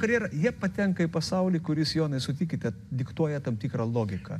karjera jie patenka į pasaulį kuris jonai sutikite diktuoja tam tikrą logiką